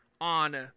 on